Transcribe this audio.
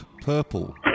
Purple